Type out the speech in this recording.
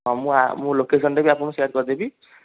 ହଁ ମୁଁ ଆଉ ମୁଁ ଲୋକେସନ୍ଟା ବି ଆପଣଙ୍କୁ ସେୟାର୍ କରିଦେବି